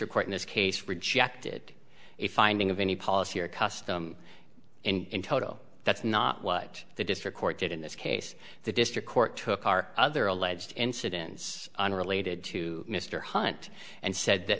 court in this case rejected a finding of any policy or custom and in toto that's not what the district court did in this case the district court took our other alleged incidents related to mr hunt and said that